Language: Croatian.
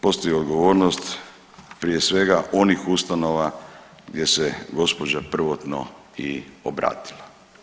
Postoji odgovornost prije svega onih ustanova gdje se gospođa prvotno i obratila.